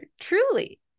truly